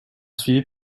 suivi